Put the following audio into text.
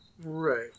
Right